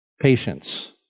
Patience